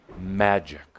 magic